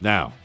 Now